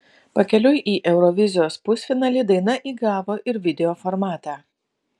pakeliui į eurovizijos pusfinalį daina įgavo ir video formatą